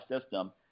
system